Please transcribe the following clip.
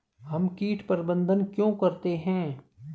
हम कीट प्रबंधन क्यों करते हैं?